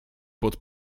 pod